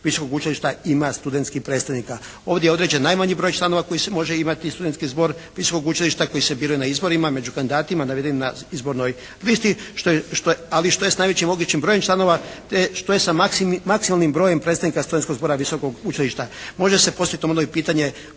visokog učilišta ima studentskih predstavnika. Ovdje je određen najmanji broj članova koji može imati Studentski zbor visokog učilišta koji se biraju na izborima među kandidatima navedenim na izbornoj listi, ali što je s najvećim mogućim brojem članova te što je sa maksimalnim brojem predstavnika studentskog zbora visokog učilišta. Može se postaviti normalno i pitanje